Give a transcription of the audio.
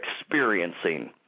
experiencing